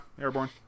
Airborne